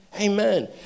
Amen